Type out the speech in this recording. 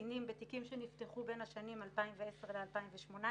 קטינים בתיקים שנפתחו בין השנים 2010 ל-2018,